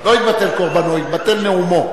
לא יתבטל קורבנו, יתבטל נאומו.